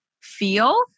feel